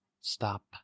stop